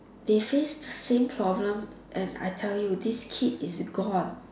they face the same problem and I tell you this kid is gone